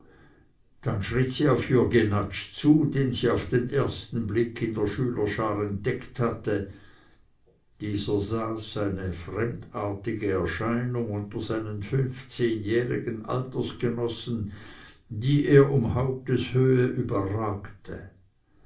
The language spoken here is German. dann schritt sie auf jürg jenatsch zu den sie auf den ersten blick in der schülerschar entdeckt hatte dieser saß eine fremdartige erscheinung unter seinen fünfzehnjährigen altersgenossen die er um haupteshöhe überragte